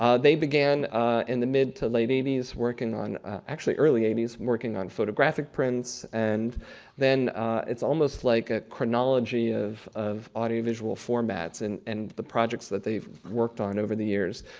ah they began in the mid to late eighty s working on, actually early eighty s, working on photographic prints and then it's almost like a chronology of of audiovisual formats and and the projects that they've worked on over the years.